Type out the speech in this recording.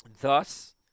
thus